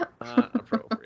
appropriate